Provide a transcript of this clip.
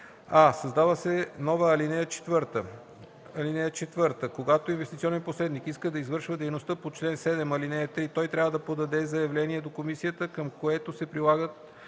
а) създава се нова ал. 4: „(4) Когато инвестиционен посредник иска да извършва дейността по чл. 7, ал. 3, той трябва да подаде заявление до комисията, към което прилага